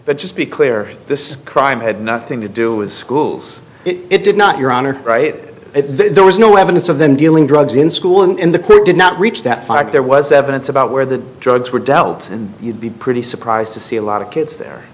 but just be clear this crime had nothing to do it was schools it did not your honor right there was no evidence of them dealing drugs in school and in the clear did not reach that far but there was evidence about where the drugs were dealt and you'd be pretty surprised to see a lot of kids there